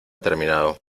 terminado